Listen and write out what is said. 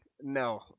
No